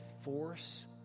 force